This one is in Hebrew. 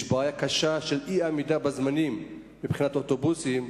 יש בעיה קשה של אי-עמידה בלוח הזמנים מבחינת אוטובוסים,